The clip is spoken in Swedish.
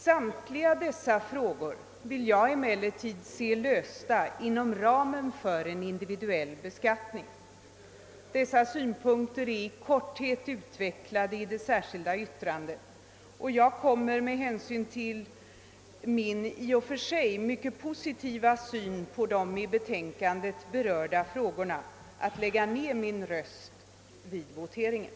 Samtliga dessa frågor vill jag emellertid se lösta inom ramen för en individuell beskattning. Dessa synpunkter är i korthet utvecklade i det särskilda yttrandet. Jag kommer med hänsyn till min i och för sig mycket positiva syn på de i betänkandet berörda frågorna att lägga ned min röst vid voteringen.